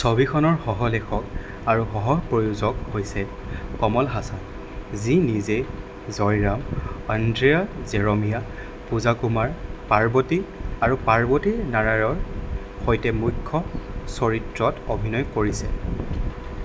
ছবিখনৰ সহ লেখক আৰু সহ প্ৰযোজক হৈছে কমল হাছান যি নিজেই জয়ৰাম আন্দ্ৰেয়া জেৰ'মিয়া পূজা কুমাৰ পাৰ্বতী আৰু পাৰ্বতী নায়াৰৰ সৈতে মূখ্য চৰিত্ৰত অভিনয় কৰিছে